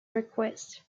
request